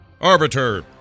Arbiter